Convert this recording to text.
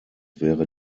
wäre